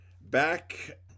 Back